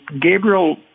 Gabriel